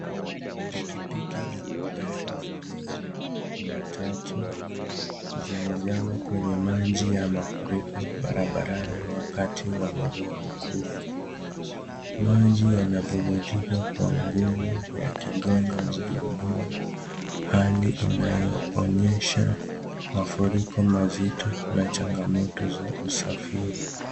Pikipiki na magari mengine matatu zimezama kwenye maji ya mafuriko barabarani wakati wa mvua mkubwa, maji yana bubujika kwa nguvu yakigonga magurudumu hali inayo onyesha mafuriko mazito na changamoto za usafiri.